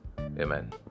amen